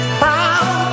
proud